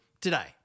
today